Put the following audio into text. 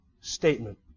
statement